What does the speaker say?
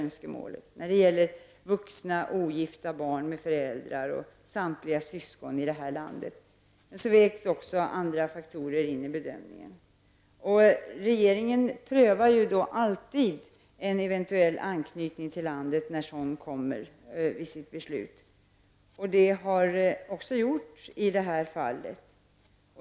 När det gäller vuxna ogifta barn med föräldrar och samtliga syskon här i landet vägs också andra faktorer in i bedömningen. När en ansökan kommer prövar alltid regeringen anknytning till landet inför sitt beslut. Det har också gjorts i det här fallet.